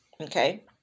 Okay